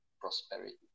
prosperity